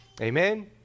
Amen